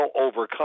overcome